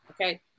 Okay